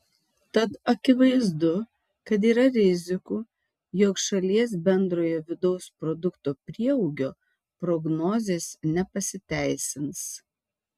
tad akivaizdu kad yra rizikų jog šalies bendrojo vidaus produkto prieaugio prognozės nepasiteisins